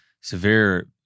severe